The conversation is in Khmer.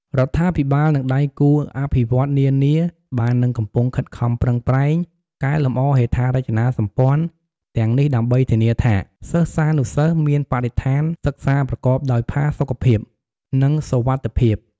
រដ្ឋាភិបាល និងដៃគូអភិវឌ្ឍន៍នានាបាននិងកំពុងខិតខំប្រឹងប្រែង កែលម្អហេដ្ឋារចនាសម្ព័ន្ធ ទាំងនេះដើម្បីធានាថា សិស្សានុសិស្សមានបរិស្ថានសិក្សាប្រកបដោយផាសុកភាព និងសុវត្ថិភាព។